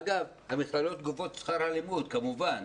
אגב, המכללות גובות את שכר הלימוד כמובן.